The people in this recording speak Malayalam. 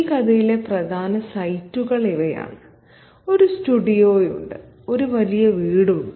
ഈ കഥയിലെ പ്രധാന സൈറ്റുകൾ ഇവയാണ് ഒരു സ്റ്റുഡിയോയുണ്ട് ഒരു വലിയ വീടുണ്ട്